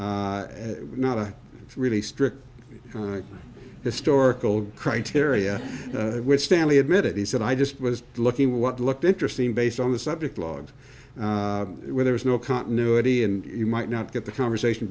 but not a really strict historical criteria which stanley admitted he said i just was looking what looked interesting based on the subject logs where there is no continuity and you might not get the conversation